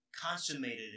consummated